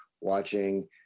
watching